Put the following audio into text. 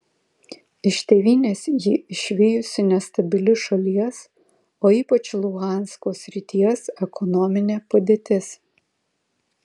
iš tėvynės jį išvijusi nestabili šalies o ypač luhansko srities ekonominė padėtis